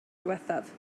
ddiwethaf